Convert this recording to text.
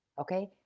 okay